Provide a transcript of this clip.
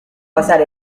pasar